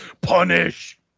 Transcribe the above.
Punish